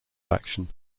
faction